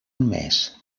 mes